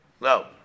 no